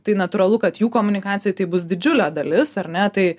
tai natūralu kad jų komunikacijoj tai bus didžiulė dalis ar ne tai